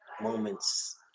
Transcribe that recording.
moments